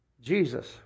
Jesus